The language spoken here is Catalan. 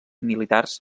militars